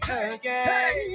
again